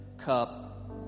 Cup